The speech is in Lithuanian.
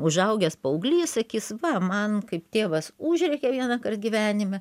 užaugęs paauglys sakys va man kaip tėvas užrėkė vienąkart gyvenime